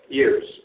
years